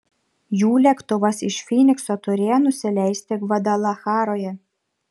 jų lėktuvas iš fynikso turėjo nusileisti gvadalacharoje